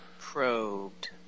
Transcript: probed